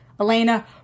Elena